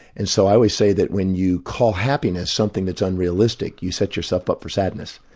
and so i would say that when you call happiness something that's unrealistic, you set yourself up for sadness.